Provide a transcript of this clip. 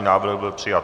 Návrh byl přijat.